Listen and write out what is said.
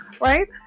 Right